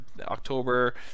October